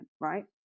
Right